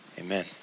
amen